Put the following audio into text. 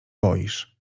boisz